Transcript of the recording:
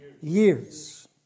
Years